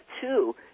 two